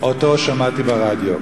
אותו שמעתי ברדיו.